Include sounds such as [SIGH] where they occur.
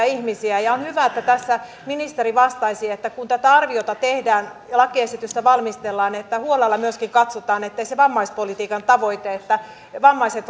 [UNINTELLIGIBLE] ihmisiä ja on on hyvä että tässä ministeri vastasi että kun tätä arviota tehdään ja lakiesitystä valmistellaan huolella myöskin katsotaan että se vammaispolitiikan tavoite että vammaiset [UNINTELLIGIBLE]